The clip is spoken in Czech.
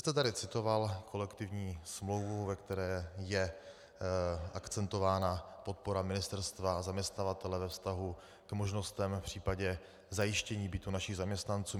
Vy jste tady citoval kolektivní smlouvu, ve které je akcentována podpora ministerstva a zaměstnavatele ve vztahu k možnostem v případě zajištění bytu našim zaměstnancům.